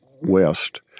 West